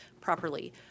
properly